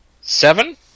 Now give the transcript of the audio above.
seven